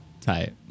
Tight